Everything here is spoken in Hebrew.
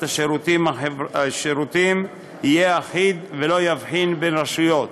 השירותים יהיה אחיד ולא יבחין בין רשויות.